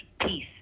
peace